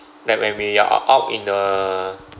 like when we are ou~ out in the